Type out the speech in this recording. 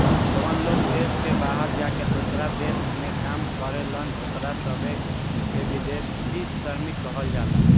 जवन लोग देश के बाहर जाके दोसरा देश में काम करेलन ओकरा सभे के विदेशी श्रमिक कहल जाला